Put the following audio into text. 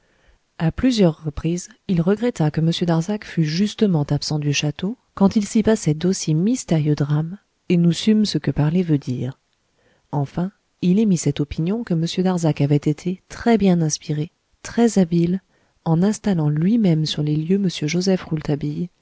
à plusieurs reprises il regretta que m darzac fût justement absent du château quand il s'y passait d'aussi mystérieux drames et nous sûmes ce que parler veut dire enfin il émit cette opinion que m darzac avait été très bien inspiré très habile en installant lui-même sur les lieux m joseph